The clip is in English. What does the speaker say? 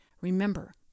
Remember